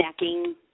snacking